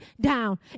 down